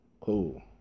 Cool